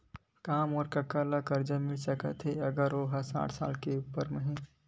का मोर कका ला कर्जा मिल सकथे अगर ओ हा साठ साल से उपर हे?